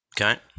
Okay